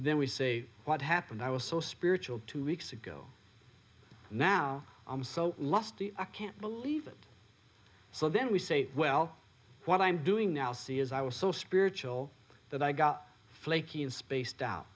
then we say what happened i was so spiritual two weeks ago now i'm so lusty i can't believe it so then we say well what i'm doing now see is i was so spiritual that i got flaky and spaced out